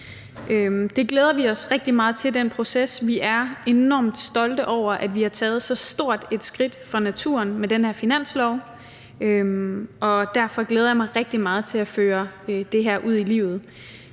glæder vi os rigtig meget til. Vi er enormt stolte over, at vi har taget så stort et skridt for naturen med den her finanslov, og derfor glæder jeg mig rigtig meget til at føre det her ud i livet.